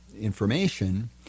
information